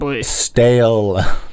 stale